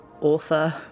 author